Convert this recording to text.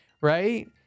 right